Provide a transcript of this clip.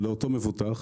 לאותו מבוטח,